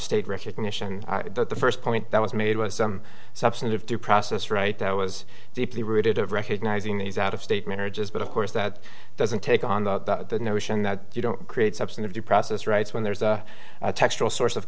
state recognition that the first point that was made was some substantive due process right that was deeply rooted of recognizing these out of state marriages but of course that doesn't take on the notion that you don't create substantive due process rights when there's a textural source of